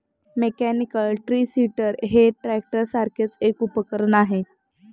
mechanical tree stirrer हे ट्रॅक्टरसारखेच एक उपकरण आहे